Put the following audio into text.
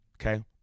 Okay